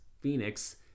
Phoenix